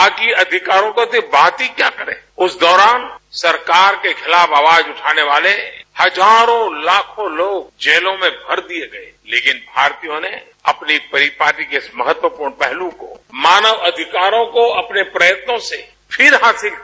बाकी अधिकारों की बात ही क्या करें उस दौरान सरकार को खिलाफ आवाज उठाने वाले हजारो लाखों जेलों में भर दिये गये लेकिन भारतीयों ने अपनी परिपाटी के इस महत्वपूर्ण पहल् को मानवाधिकारों को अपने प्रयत्नों से फिर हासिल किया